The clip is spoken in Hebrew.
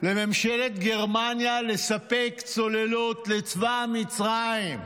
לממשלת גרמניה לספק צוללות לצבא מצרים.